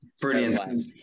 Brilliant